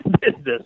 business